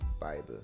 Bible